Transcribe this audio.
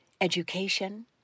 education